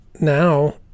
now